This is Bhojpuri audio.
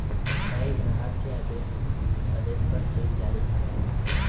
बैंक ग्राहक के आदेश पर चेक जारी करला